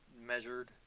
measured